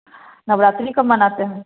नवरात्रि कब मनाते हैं